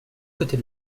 côtés